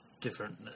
different